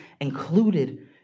included